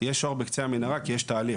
יש אור בקצה המנהרה כי יש תהליך.